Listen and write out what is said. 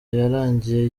yarangiye